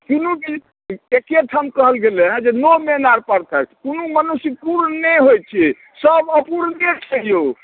एकेठाम कहल गेलै हँ जे नो मैन आर परफेक्ट कोनो मनुष्य पूर्ण नहि होयत छै सब अपूर्णे छै यौ